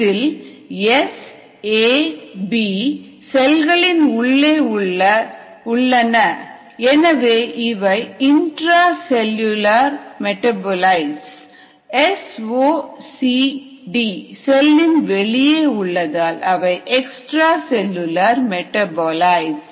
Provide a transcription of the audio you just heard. இதில் SAB செல்களின் உள்ளே உள்ளன எனவே இவை intra cellular metabolites S0 CD செல்லின் வெளியே உள்ளதால் அவை எக்ஸ்ட்ரா செல்லுலார் மெடாபோலிட்ஸ்